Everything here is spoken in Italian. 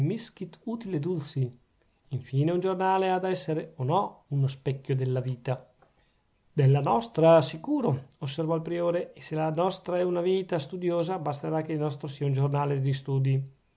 utile dulci infine un giornale ha da essere o no uno specchio della vita della nostra sicuro osservò il priore e se la nostra è una vita studiosa basterà che il nostro sia un giornale di studi